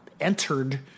entered